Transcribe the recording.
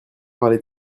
parler